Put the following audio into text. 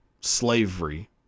slavery